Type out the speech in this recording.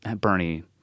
Bernie